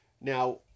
Now